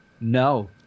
no